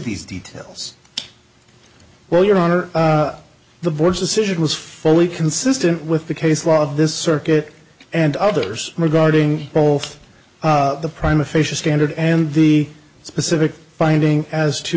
these details well your honor the board's decision was fully consistent with the case law of this circuit and others regarding both the prime official standard and the specific finding as to